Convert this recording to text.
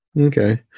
Okay